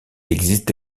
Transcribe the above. existe